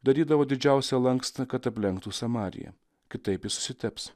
darydavo didžiausią lankstą kad aplenktų samariją kitaip jis susiteps